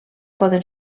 poden